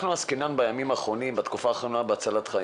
בתקופה האחרונה אנחנו עוסקים בהצלת חיים.